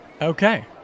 Okay